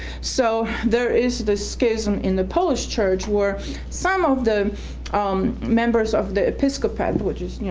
so there is the schism in the polish church where some of the um members of the episcopal, which is, you know,